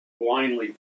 blindly